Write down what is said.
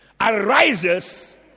arises